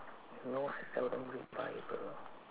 you know I seldom read bible